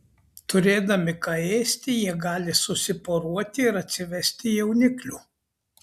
turėdami ką ėsti jie gali susiporuoti ir atsivesti jauniklių